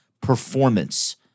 performance